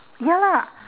ya lah